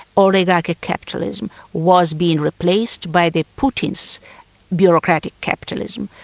oligarchan capitalism was being replaced by the putin's bureaucratic capitalism.